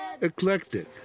eclectic